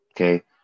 Okay